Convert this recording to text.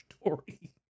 story